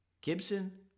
Gibson